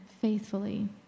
faithfully